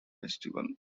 festival